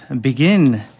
Begin